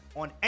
on